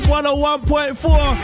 101.4